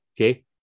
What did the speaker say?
okay